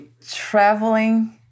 traveling